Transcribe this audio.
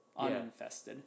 uninfested